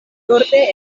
norde